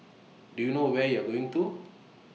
do you know where you're going to